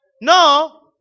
No